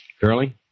Curly